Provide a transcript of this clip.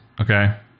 Okay